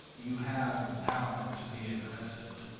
you have the power to be aggressive,